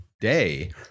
day